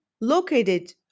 located